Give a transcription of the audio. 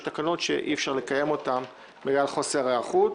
תקנות שאי-אפשר לקיים אותן בגלל חוסר היערכות.